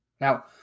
Now